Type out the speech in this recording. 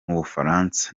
w’umufaransa